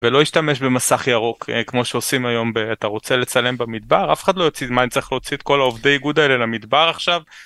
ולא ישתמש במסך ירוק כמו שעושים היום, אתה רוצה לצלם במדבר אף אחד לא יוצא, מה אני צריך להוציא את כל העובדי האיגוד האלה למדבר עכשיו.